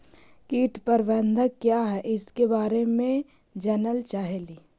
कीट प्रबनदक क्या है ईसके बारे मे जनल चाहेली?